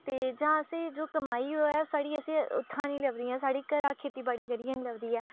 ते जां असें जो कमाई होऐ ओह् साढ़ी उत्थें नी लभदी साढ़ै घर खेतीबाड़ी करियै नी लभदी ऐ